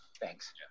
Thanks